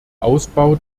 ausbau